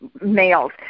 males